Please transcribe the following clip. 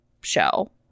show